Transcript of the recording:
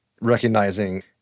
recognizing